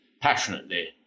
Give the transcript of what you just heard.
passionately